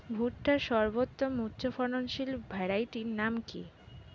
ভুট্টার সর্বোত্তম উচ্চফলনশীল ভ্যারাইটির নাম কি?